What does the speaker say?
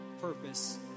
purpose